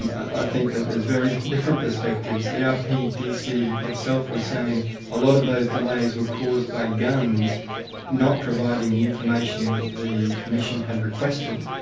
and i think that there's very different perspectives. the rpdc itself was saying a lot of those delays were caused by gunns not providing the information that the commission had requested,